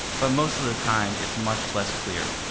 but most of the time it's much less clear.